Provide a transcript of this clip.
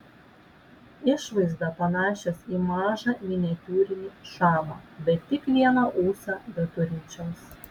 išvaizda panašios į mažą miniatiūrinį šamą bet tik vieną ūsą beturinčios